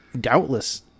doubtless